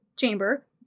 chamber